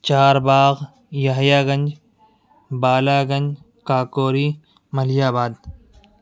چار باغ Yahiyaganj Balaganj Kakori ملیح آباد